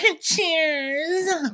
cheers